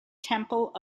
temple